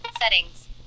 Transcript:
Settings